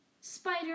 Spider